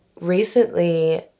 recently